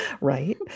right